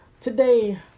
Today